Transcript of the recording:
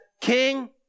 king